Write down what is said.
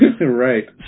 Right